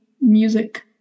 music